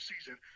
season